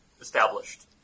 established